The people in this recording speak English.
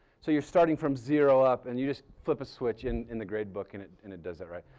so you're starting from zero up and you just flip a switch in in the grade book and it and it does it right.